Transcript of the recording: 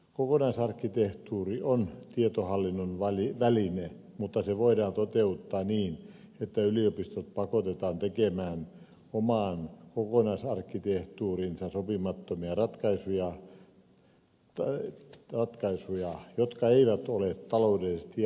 kokonaisarkkitehtuuri on tietohallinnon väline mutta se voidaan toteuttaa niin että yliopistot pakotetaan tekemään omaan kokonaisarkkitehtuuriinsa sopimattomia ratkaisuja jotka eivät ole taloudellisesti järkeviä